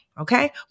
okay